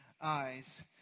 eyes